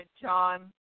John